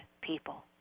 people